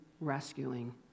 rescuing